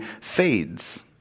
fades